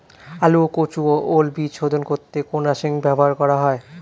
আলু ও কচু ও ওল বীজ শোধন করতে কোন রাসায়নিক ব্যবহার করা হয়?